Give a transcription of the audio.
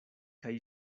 kaj